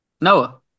Noah